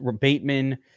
Bateman